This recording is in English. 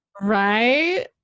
right